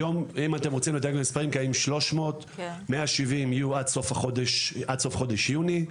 היום קיימים 300; 170 יהיו עד סוף חודש יוני.